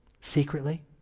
secretly